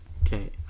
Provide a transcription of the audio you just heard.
Okay